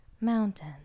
mountain